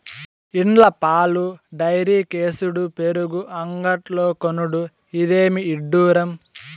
ఇండ్ల పాలు డైరీకేసుడు పెరుగు అంగడ్లో కొనుడు, ఇదేమి ఇడ్డూరం